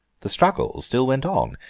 the struggle still went on.